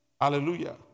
Hallelujah